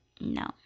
No